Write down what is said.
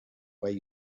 way